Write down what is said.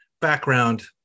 background